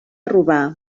robar